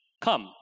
Come